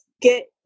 get